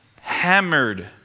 hammered